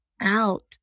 out